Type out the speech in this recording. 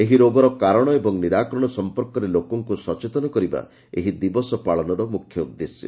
ଏହି ରୋଗର କାରଣ ଓ ନିରାକରଣ ସଂପର୍କରେ ଲୋକଙ୍କୁ ସଚେତନ କରିବା ଏହି ଦିବସ ପାଳନର ମ୍ରଖ୍ୟ ଉଦ୍ଦେଶ୍ୟ